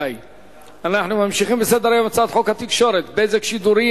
אנחנו ממשיכים בסדר-היום: הצעת חוק התקשורת (בזק ושידורים)